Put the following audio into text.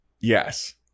Yes